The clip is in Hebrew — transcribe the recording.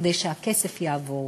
כדי שהכסף יעבור.